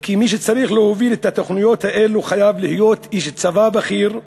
כי מי שצריך להוביל את התוכניות האלו חייב להיות איש צבא בכיר,